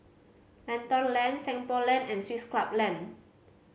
Lentor Lane Seng Poh Lane and Swiss Club Lane